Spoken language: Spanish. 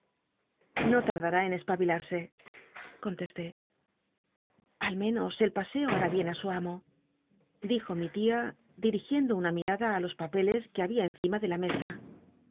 no t ll'dar t en espabilarse contesté al menos el paseo ha i bien á su amo dijo mi tia dirigiendo una mirada ti los papeles que babia encima de la mesa